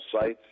sites